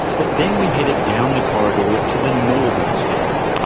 but then we headed down the corridor to the northern stairs.